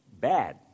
bad